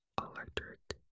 electric